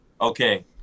Okay